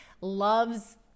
loves